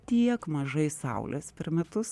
tiek mažai saulės per metus